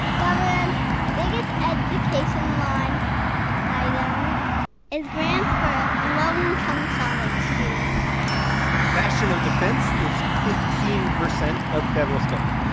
government's biggest education line item ah is grants for low-income college students national defense is fifteen percent of federal spending.